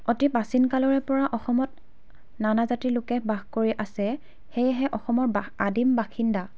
অতি প্ৰাচীন কালৰে পৰা অসমত নানা জাতিৰ লোকে বাস কৰি আছে সেয়েহে অসমৰ বা আদিম বাসিন্দা